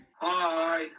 Hi